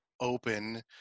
open